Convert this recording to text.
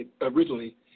originally